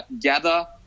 gather